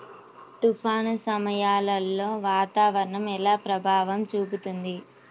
తుఫాను సమయాలలో వాతావరణం ఎలా ప్రభావం చూపుతుంది?